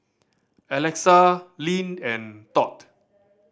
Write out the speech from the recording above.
Alexa Lynne and Todd